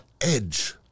edge